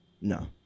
No